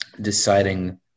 deciding